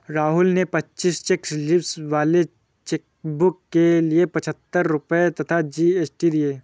राहुल ने पच्चीस cheque leaves वाले चेकबुक के लिए पच्छत्तर रुपये तथा जी.एस.टी दिए